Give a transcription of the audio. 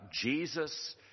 Jesus